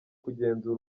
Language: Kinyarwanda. kugenzura